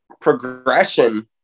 progression